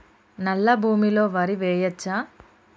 నల్లా భూమి లో వరి వేయచ్చా?